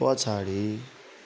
पछाडि